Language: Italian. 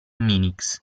minix